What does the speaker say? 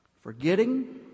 Forgetting